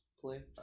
play